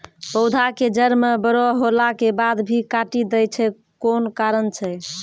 पौधा के जड़ म बड़ो होला के बाद भी काटी दै छै कोन कारण छै?